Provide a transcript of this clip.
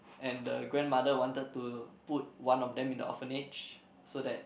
and the grandmother wanted to put one of them in the orphanage so that